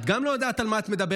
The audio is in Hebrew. את גם לא יודעת על מה את מדברת,